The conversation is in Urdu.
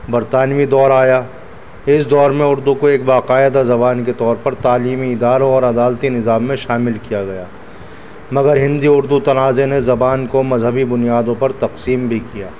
برطانوی دور آیا اس دور میں اردو کو ایک باقاعدہ زبان کے طور پر تعلیمی اداروں اور عدالتی نظام میں شامل کیا گیا مگر ہندی اردو تنازع نے زبان کو مذہبی بنیادوں پر تقسیم بھی کیا